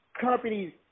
companies